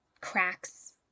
cracks